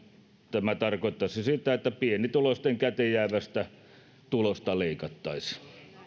tämä tarkoittaisi sitä että pienituloisten käteen jäävästä tulosta leikattaisiin